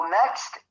next